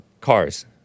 cars